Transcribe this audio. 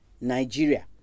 Nigeria